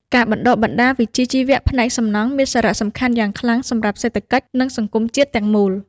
ការបណ្តុះបណ្តាលវិជ្ជាជីវៈផ្នែកសំណង់មានសារៈសំខាន់យ៉ាងខ្លាំងសម្រាប់សេដ្ឋកិច្ចនិងសង្គមជាតិទាំងមូល។